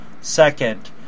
second